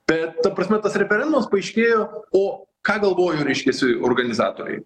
bet ta prasme tas referendumas paaiškėjo o ką galvoja reiškiasi organizatoriai